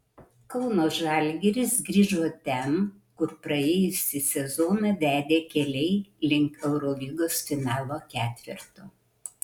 kauno žalgiris grįžo ten kur praėjusį sezoną vedė keliai link eurolygos finalo ketverto